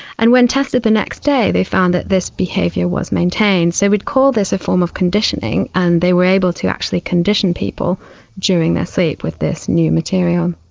and when tested the next day they found that this behaviour was maintained. so we'd call this a form of conditioning, and they were able to actually condition people during their sleep with this new material.